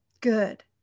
Good